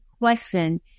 question